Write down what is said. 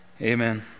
Amen